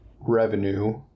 revenue